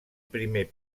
primer